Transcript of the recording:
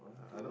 one two